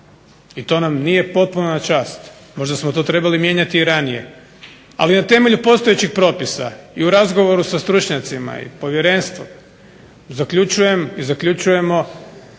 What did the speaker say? i to nam nije potpuno na čast. Možda smo to trebali mijenjati i ranije, ali na temelju postojećih propisa i u razgovoru sa stručnjacima i povjerenstvom zaključujem i zaključujemo